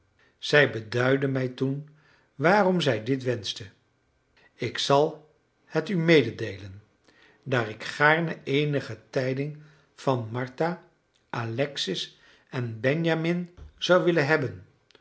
zij beduidde mij toen waarom zij dit wenschte ik zal het u mededeelen daar ik gaarne eenige tijding van martha alexis en benjamin zou willen hebben